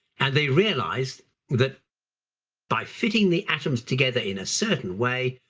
and they realized that by fitting the atoms together in a certain way,